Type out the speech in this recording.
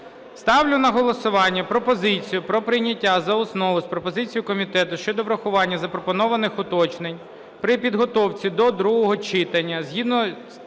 Ставлю на голосування пропозицію про прийняття за основу з пропозицією комітету щодо врахування запропонованих уточнень при підготовці до другого читання